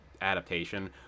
adaptation